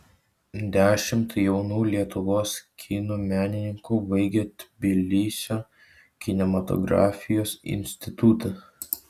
dešimt jaunų lietuvos kino menininkų baigė tbilisio kinematografijos institutą